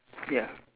ya